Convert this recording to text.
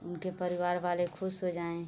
उनके परिवार वाले ख़ुश हो जाए